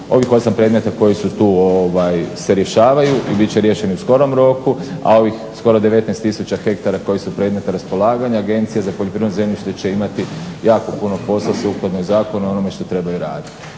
Ovih 8 predmeta koji se tu rješavaju bit će riješeni u skorom roku, a ovih skoro 19000 hektara koji su predmet raspolaganja Agencija za poljoprivredno zemljište će imati jako puno posla sukladno zakonu, onome što trebaju raditi.